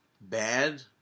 bad